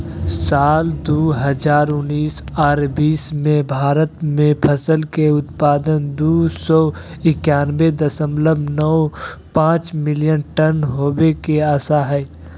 साल दू हजार उन्नीस आर बीस मे भारत मे फसल के उत्पादन दू सौ एकयानबे दशमलव नौ पांच मिलियन टन होवे के आशा हय